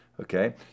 Okay